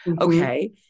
Okay